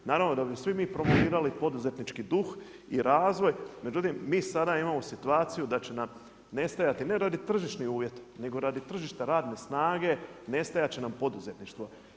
Naravno da bi svi mi promovirali poduzetnički duh i razvoj, međutim mi sada imamo situaciju, da će nam nestajati, ne radi tržišnih uvjeta, nego radi tržišna radne snage, nestajati će nam poduzetništvo.